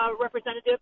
representative